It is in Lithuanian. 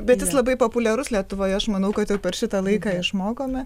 bet jis labai populiarus lietuvoje aš manau kad jau per šitą laiką išmokome